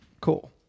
Cool